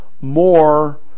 more